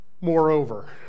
Moreover